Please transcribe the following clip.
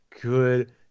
good